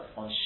on